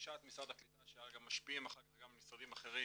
לדרישת משרד הקליטה שמשפיעים אחר כך גם על משרדים אחרים